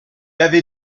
avait